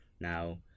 Now